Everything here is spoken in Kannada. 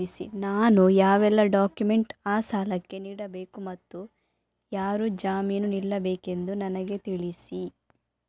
ನಾನು ಯಾವೆಲ್ಲ ಡಾಕ್ಯುಮೆಂಟ್ ಆ ಸಾಲಕ್ಕೆ ನೀಡಬೇಕು ಮತ್ತು ಯಾರು ಜಾಮೀನು ನಿಲ್ಲಬೇಕೆಂದು ನನಗೆ ತಿಳಿಸಿ?